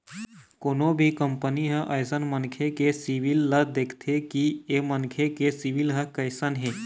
कोनो भी कंपनी ह अइसन मनखे के सिविल ल देखथे कि ऐ मनखे के सिविल ह कइसन हे